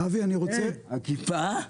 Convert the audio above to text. אין אכיפה.